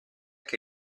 che